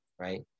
right